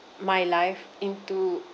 my life into